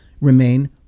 remain